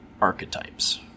archetypes